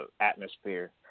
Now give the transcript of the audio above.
atmosphere